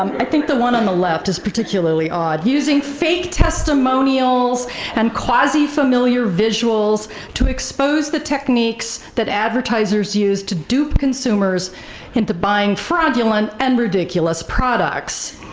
um i think the one on the left is particularly odd. using fake testimonials and quasi-familiar visuals to expose the techniques that advertisers used to dupe consumers into buying fraudulent and ridiculous products.